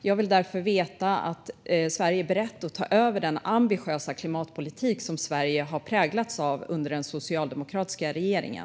Jag vill därför veta om Sverige är berett att ta över den ambitiösa klimatpolitik som Sverige har präglats av under den socialdemokratiska regeringen.